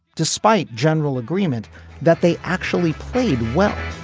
despite general agreement that they actually played well